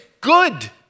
good